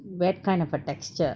wet kind of a texture